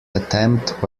attempt